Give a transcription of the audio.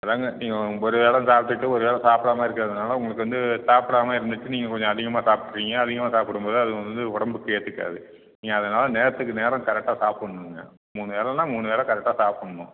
அதாங்க நீங்க ஒரு வேள சாப்பிடுட்டு ஒரு வேள சாப்பிடாம இருக்கிறதுனால உங்களுக்கு வந்து சாப்பிடாம இருந்துச்சு நீங்கள் கொஞ்சம் அதிகமாக சாப்பிட்ருப்பிங்க அதிகமாக சாப்பிடும்போது அது வந்து உடம்புக்கு ஏற்றுக்காது நீங்கள் அதனால் நேரத்துக்கு நேரம் கரெக்டாக சாப்புட்ணுங்க மூணு வேளன்னா மூணு வேள கரெக்டாக சாப்பிட்ணும்